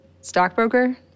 stockbroker